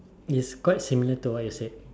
it's quite similar to what you said